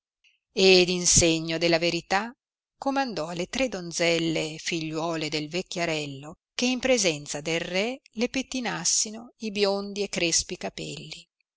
ed in segno della verità comandò alle tre donzelle figliuole del vecchiarello che in presenza del re le pettinassino i biondi e crespi capelli